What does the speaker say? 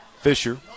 Fisher